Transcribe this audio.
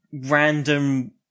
random